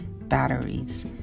batteries